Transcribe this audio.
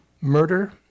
Murder